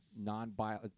non-bio